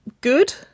good